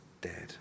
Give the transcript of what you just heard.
dead